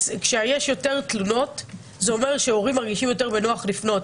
כשיש יותר תלונות זה אומר שהורים מרגישים יותר בנוח לפנות.